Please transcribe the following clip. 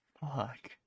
Fuck